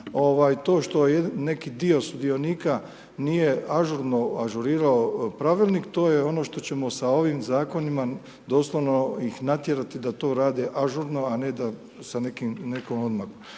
To što je neki dio sudionika nije ažurno ažurira pravilnik to je ono što ćemo sa onim zakonima doslovno ih natjerati da to rade ažurno a ne da, sa nekom